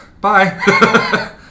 Bye